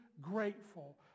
grateful